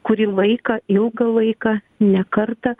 kurį laiką ilgą laiką ne kartą